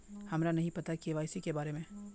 हमरा नहीं पता के.वाई.सी के बारे में?